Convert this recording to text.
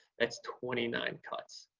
that's twenty nine cuts.